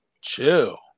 chill